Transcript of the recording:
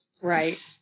Right